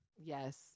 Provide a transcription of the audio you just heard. Yes